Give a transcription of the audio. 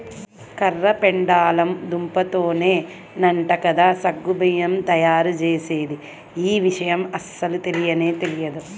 కర్ర పెండలము దుంపతోనేనంట కదా సగ్గు బియ్యం తయ్యారుజేసేది, యీ విషయం అస్సలు తెలియనే తెలియదు